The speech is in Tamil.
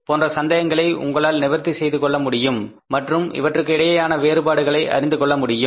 போன்ற சந்தேகங்களை உங்களால் நிவர்த்தி செய்து கொள்ள முடியும் மற்றும் இவற்றுக்கு இடையேயான வேறுபாடுகளை அறிந்து கொள்ள முடியும்